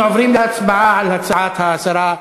אנחנו עוברים להצבעה על הצעת השרה.